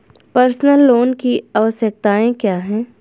Personal loan की आवश्यकताएं क्या हैं?